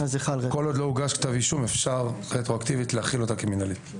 אז כל עוד לא הוגש כתב אישום אפשר רטרואקטיבית להחיל אותה כמינהלית.